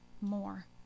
more